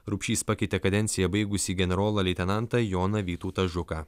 rupšys pakeitė kadenciją baigusį generolą leitenantą joną vytautą žuką